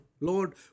Lord